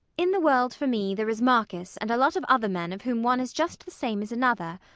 in the world for me there is marcus and a lot of other men of whom one is just the same as another.